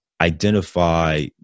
identify